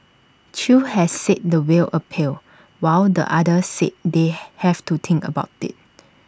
chew has said the will appeal while the other said they have to think about IT